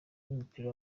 w’umupira